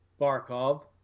Barkov